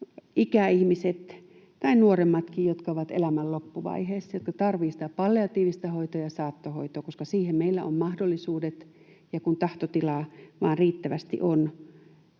ikäihmiset tai nuoremmatkin, jotka ovat elämän loppuvaiheessa, jotka tarvitsevat sitä palliatiivista hoitoa ja saattohoitoa, koska siihen meillä on mahdollisuudet, kun tahtotilaa vain riittävästi on.